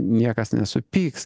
niekas nesupyks